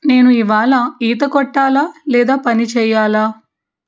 నేను ఇవాళ ఈత కొట్టాలా లేదా పని చేయాలా